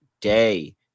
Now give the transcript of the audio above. day